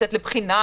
חולים מאומתים